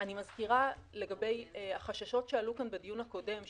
אני מזכירה לגבי החששות שעלו כאן בדיון הקודם,